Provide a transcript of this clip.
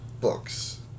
books